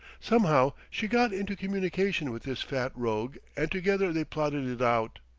somehow she got into communication with this fat rogue and together they plotted it out.